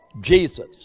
Jesus